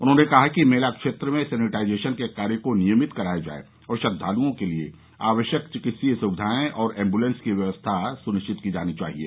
उन्होंने कहा कि मेला क्षेत्र में सैनिटाइजेशन को कार्य को नियमित कराया जाये और श्रद्वालुओं के लिये आवश्यक चिकित्सीय सुविधाएं और ऐम्बुलेंस की व्यवस्था सुनिश्चित की जानी चाहिये